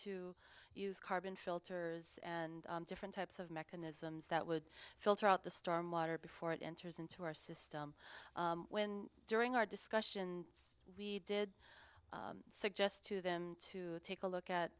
to use carbon filter and different types of mechanisms that would filter out the storm water before it enters into our system when during our discussion we did suggest to them to take a look